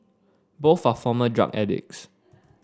both are former drug addicts